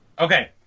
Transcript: Okay